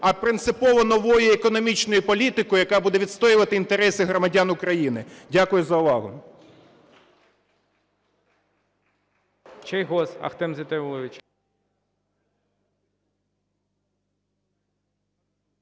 а принципово новою економічною політикою, яка буде відстоювати інтереси громадян України. Дякую за увагу.